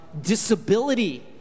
disability